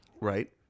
Right